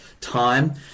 time